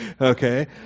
okay